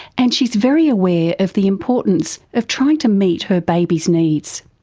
and she's very aware of the importance of trying to meet her baby's needs.